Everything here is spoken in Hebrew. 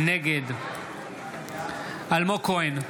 נגד אלמוג כהן,